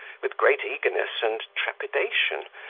with great eagerness and trepidation,